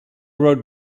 wrote